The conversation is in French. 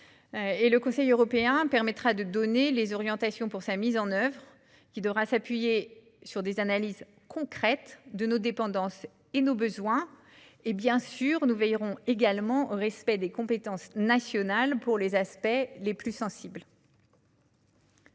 Le Conseil européen donnera des orientations pour sa mise en oeuvre, qui devra s'appuyer sur des analyses concrètes de nos dépendances et de nos besoins. Nous veillerons également au respect des compétences nationales pour les aspects les plus sensibles.